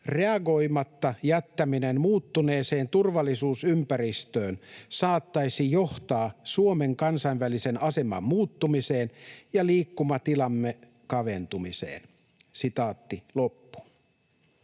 reagoimatta jättäminen muuttuneeseen turvallisuusympäristöön saattaisi johtaa Suomen kansainvälisen aseman muuttumiseen ja liikkumatilamme kaventumiseen.” Lähialueemme